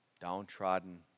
downtrodden